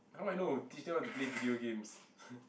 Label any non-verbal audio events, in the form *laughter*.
how I know teach them how to play video games *breath*